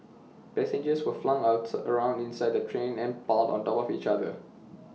passengers were flung around inside the train and piled on top of each other